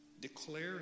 Declare